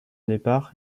départ